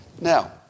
Now